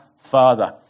Father